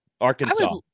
Arkansas